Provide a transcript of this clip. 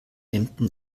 emden